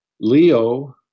Leo